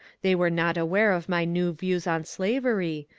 they were not aware of my new views on slavery,